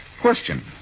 Question